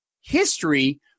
history